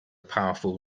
powerful